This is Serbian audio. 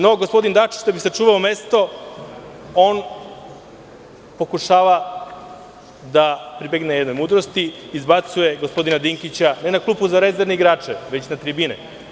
No, gospodin Dačić, da bi sačuvao mesto, pokušava da pribegne jednoj mudrosti, izbacuje gospodina Dinkića ne na klupu za rezervne igrače, već na tribine.